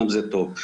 לא